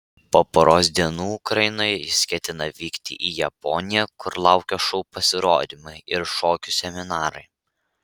po poros dienų ukrainoje jis ketina vykti į japoniją kur laukia šou pasirodymai ir šokių seminarai